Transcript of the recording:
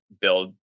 build